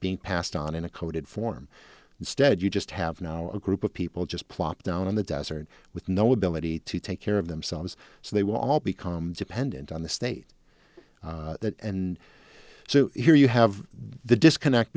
being passed on in a coded form instead you just have now a group of people just plopped down in the desert with no ability to take care of themselves so they will all become dependent on the state and so here you have the disconnect